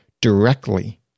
directly